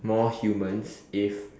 more humans if